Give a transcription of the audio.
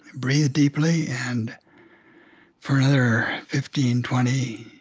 breathe deeply and for another fifteen, twenty,